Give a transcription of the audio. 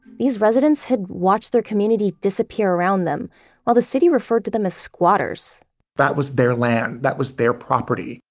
these residents had watched their community disappear around them while the city referred to them as squatters that was their land. that was their property.